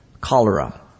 cholera